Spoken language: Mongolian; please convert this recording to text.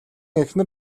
эхнэр